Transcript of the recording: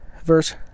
verse